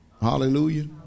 hallelujah